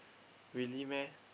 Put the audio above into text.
really meh